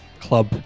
club